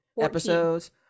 episodes